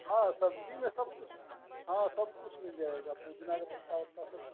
हाँ सब्जी में सब कुछ हाँ सब कुछ मिल जायेगा पुदीना का पत्ता वत्ता सब